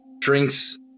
drinks